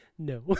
no